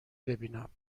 ببینم